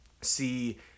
see